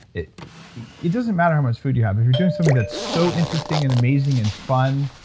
it it doesn't matter how much food you have if you're doing something that's so interesting and amazing and fun,